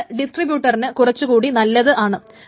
ഇത് ഡിസ്ട്രിബ്യൂട്ടറിന് കുറച്ചു കൂടി നല്ലത് ആണ്